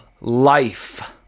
life